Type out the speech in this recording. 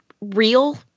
real